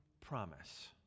promise